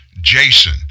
Jason